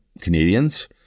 Canadians